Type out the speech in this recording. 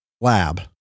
lab